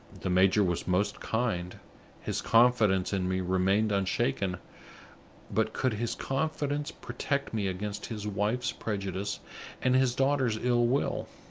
the major was most kind his confidence in me remained unshaken but could his confidence protect me against his wife's prejudice and his daughter's ill-will?